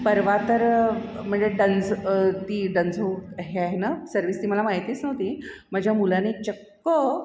परवा तर म्हणजे डन्झ ती डन्झो हे आहे ना सर्व्हिस ती मला माहितीच नव्हती माझ्या मुलाने चक्क